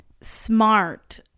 smart